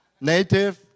native